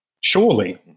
surely